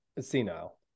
senile